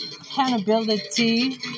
accountability